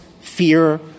fear